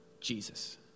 Jesus